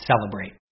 celebrate